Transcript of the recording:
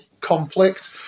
conflict